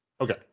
Okay